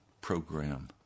program